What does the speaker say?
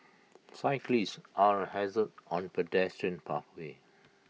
cyclists are A hazard on pedestrian pathways